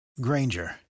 Granger